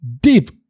deep